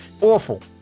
Awful